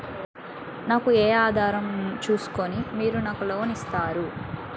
నాకు ఏ ఆధారం ను చూస్కుని మీరు లోన్ ఇస్తారు?